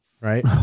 right